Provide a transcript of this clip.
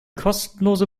kostenlose